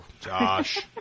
Josh